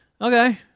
okay